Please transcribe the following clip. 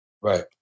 right